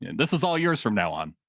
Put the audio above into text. and this is all yours from now on.